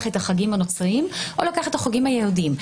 את החגים הנוצריים או לוקח את החגים היהודיים.